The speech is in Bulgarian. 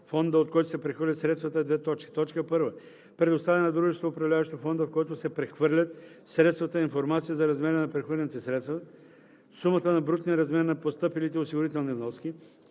фонда, oт който се прехвърлят средствата: 1. предоставя на дружеството, управляващо фонда, в който се прехвърлят средствата, информация за размера на прехвърлените средства, сумата на брутния размер на постъпилите осигурителни вноски,